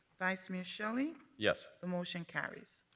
vice mayor shelley yes. ah motion carries.